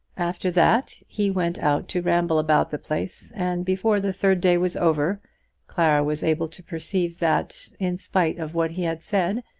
after that he went out to ramble about the place, and before the third day was over clara was able to perceive that, in spite of what he had said,